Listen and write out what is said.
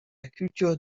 culture